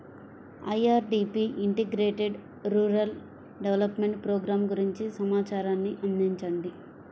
IRDP integrated rural development programme గురించి సమాచారాన్ని అందించండి?